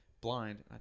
blind